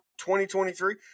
2023